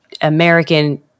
American